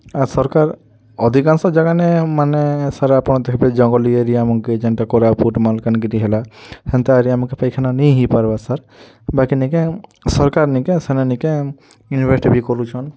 ଆ ସରକାର ଆଧିକାଂଶ ଜାଗାନେ ମାନେ ସାର୍ ଆପଣ ଥିବେ ଜଙ୍ଗଲି ଏରିଆମାନଙ୍କେ ଯେନ୍ତା କୋରାପୁଟ୍ ମାଲକାନଗିରି ହେଲା ସେନ୍ତା ଏରିଆନେ ପାଇଖାନା ନେଇ ହେଇ ପାରିବା ସାର୍ ବାକି ନିକା ସରକାର ନିକା ସେନ ନିକା ଇନ୍ଭେଷ୍ଟ୍ବି କରୁଛନ୍